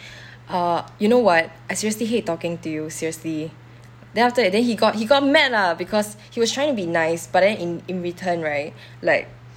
uh you know what I seriously hate talking to you seriously then after that then he got he got mad ah because he was trying to be nice but then in in return right like